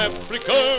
Africa